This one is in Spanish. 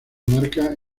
marca